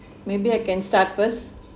maybe I can start first